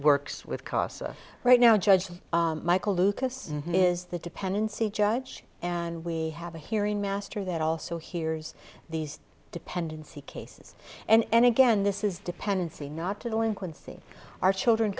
works with casa right now judge michael lucas is the dependency judge and we have a hearing master that also hears these dependency cases and again this is dependency not to the in quincy our children